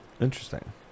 Interesting